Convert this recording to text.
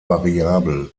variabel